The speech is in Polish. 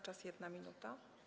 Czas - 1 minuta.